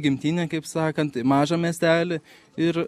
gimtinę kaip sakant į mažą miestelį ir